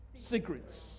secrets